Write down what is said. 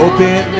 Open